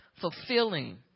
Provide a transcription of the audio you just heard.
fulfilling